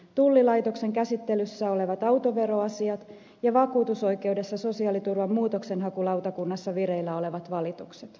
tullilaitoksen käsittelyssä olevat autoveroasiat ja vakuutusoikeudessa sosiaaliturvan muutoksenhakulautakunnassa vireillä olevat valitukset